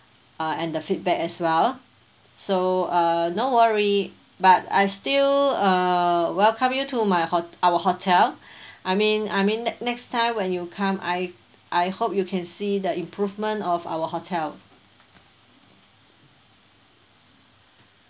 uh and the feedback as well so uh no worry but I still uh welcome you to my ho~ our hotel I mean I mean ne~ next time when you come I I hope you can see the improvement of our hotel